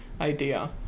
idea